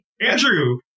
Andrew